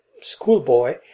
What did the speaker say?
schoolboy